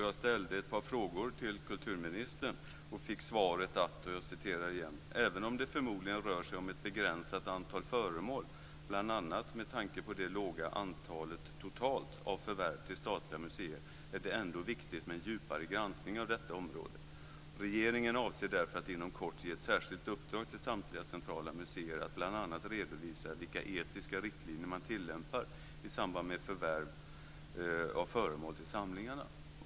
Jag ställde ett par frågor till kulturministern och fick svaret: "Även om det förmodligen rör sig om ett begränsat antal föremål, bl.a. med tanke på det låga antalet totalt av förvärv till statliga museer, är det ändå viktigt med en djupare granskning av detta område. Regeringen avser därför att inom kort ge ett särskilt uppdrag till samtliga centrala museer att bl.a. redovisa vilka etiska riktlinjer man tillämpar i samband med förvärv av föremål till samlingarna."